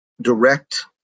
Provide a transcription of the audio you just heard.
direct